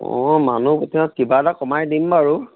অ' কিবা এটা কমাই দিম বাৰু